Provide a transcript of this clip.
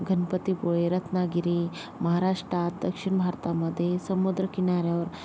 गणपतीपुळे रत्नागिरी महाराष्ट्रात दक्षिण भारतामध्ये समुद्रकिनाऱ्यावर